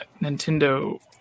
Nintendo